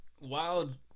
wild